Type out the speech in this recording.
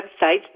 websites